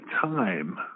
time